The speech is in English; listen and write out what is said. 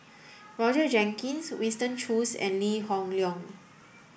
Roger Jenkins Winston Choos and Lee Hoon Leong